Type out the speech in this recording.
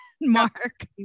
mark